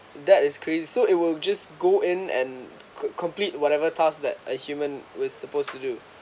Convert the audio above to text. that is crazy so it will just go in and could complete whatever task that a human was supposed to do